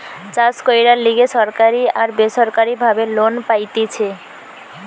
চাষ কইরার লিগে সরকারি আর বেসরকারি ভাবে লোন পাইতেছি